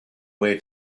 way